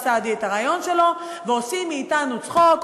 סעדי את הרעיון שלו ועושים מאתנו צחוק,